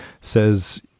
says